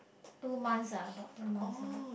two months ah about two months ah